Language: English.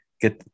get